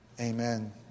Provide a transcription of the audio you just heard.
Amen